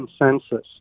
consensus